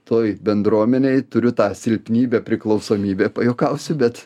toj bendruomenėj turiu tą silpnybę priklausomybę pajuokausiu bet